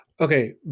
okay